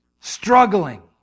Struggling